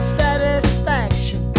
satisfaction